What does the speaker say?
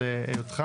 עירייה